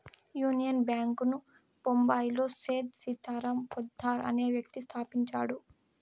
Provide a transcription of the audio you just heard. union bank ను బొంబాయిలో సేథ్ సీతారాం పోద్దార్ అనే వ్యక్తి స్థాపించాడు